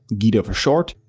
gita for short,